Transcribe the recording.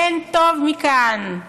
אין טוב מכאן.